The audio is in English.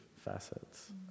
facets